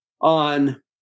on